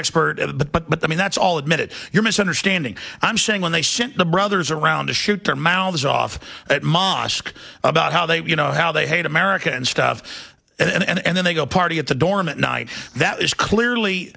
expert at that but i mean that's all admit it you're misunderstanding i'm saying when they sent the brothers around to shoot their mouths off that mosque about how they you know how they hate america and stuff and then they go party at the dorm at night that is clearly